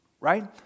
Right